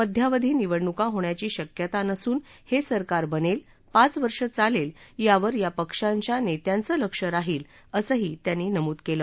मध्यावधी निवडणुका होण्याची शक्यता नसून हे सरकार बनेल पाच वर्षे चालेल यावर या पक्षांच्या नेत्यांचं लक्ष राहील असंही त्यांनी नमूद केलं